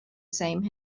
same